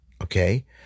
Okay